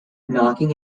knocking